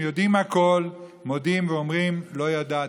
יודעים הכול מודים ואומרים: לא ידעתי,